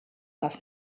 das